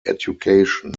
education